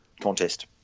contest